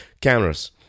cameras